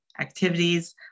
activities